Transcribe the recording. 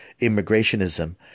immigrationism